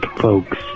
folks